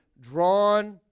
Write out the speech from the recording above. drawn